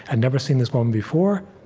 i'd never seen this woman before,